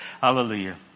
Hallelujah